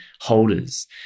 holders